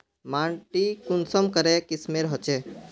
माटी कुंसम करे किस्मेर होचए?